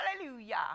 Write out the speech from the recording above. hallelujah